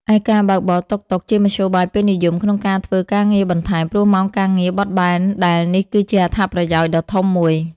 ឯការបើកបរតុកតុក ជាមធ្យោបាយពេញនិយម ក្នុងការធ្វើការងារបន្ថែម ព្រោះម៉ោងការងារបត់បែនដែលនេះគឺជាអត្ថប្រយោជន៍ដ៏ធំមួយ។